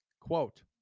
Quote